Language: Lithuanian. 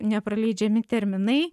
nepraleidžiami terminai